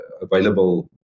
available